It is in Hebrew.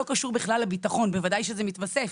זה לא קשור בכלל לביטחון ובוודאי שזה מתווסף,